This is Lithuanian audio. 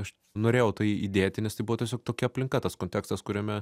aš norėjau tai įdėti nes tai buvo tiesiog tokia aplinka tas kontekstas kuriame